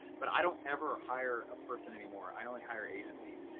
but i don't ever hire a person anymore, i only hire agencies.